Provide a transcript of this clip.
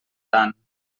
tant